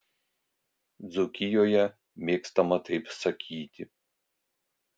dzūkijoje mėgstama taip sakyti